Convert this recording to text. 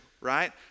right